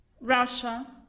Russia